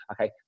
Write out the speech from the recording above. Okay